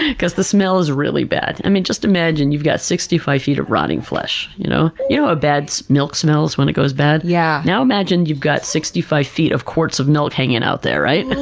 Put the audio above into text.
because the smell is really bad. i mean, just imagine, you've got sixty five feet of rotting flesh. you know how you know ah bad so milk smells when it goes bad? yeah, now imagine you've got sixty five feet of quarts of milk hanging out there, right?